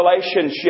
relationship